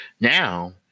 Now